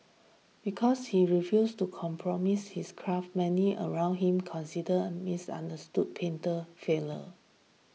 because he refused to compromise his craft many around him considered and misunderstood painter failure